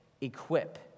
equip